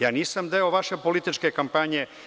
Ja nisam deo vaše političke kampanje.